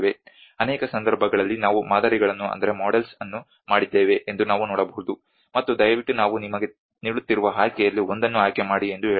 ಅನೇಕ ಸಂದರ್ಭಗಳಲ್ಲಿ ನಾವು ಮಾದರಿಗಳನ್ನು ಮಾಡಿದ್ದೇವೆ ಎಂದು ನಾವು ನೋಡಬಹುದು ಮತ್ತು ದಯವಿಟ್ಟು ನಾವು ನಿಮಗೆ ನೀಡುತ್ತಿರುವ ಆಯ್ಕೆಯಲ್ಲಿ ಒಂದನ್ನು ಆಯ್ಕೆ ಮಾಡಿ ಎಂದು ಹೇಳಬಹುದು